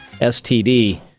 STD